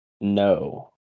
No